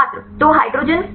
छात्र तो हाइड्रोजन